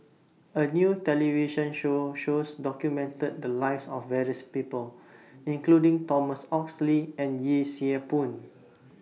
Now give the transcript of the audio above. A New television Show shows documented The Lives of various People including Thomas Oxley and Yee Siew Pun